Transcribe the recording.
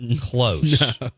close